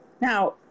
Now